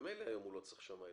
ממילא היום הוא לא צריך שמאי,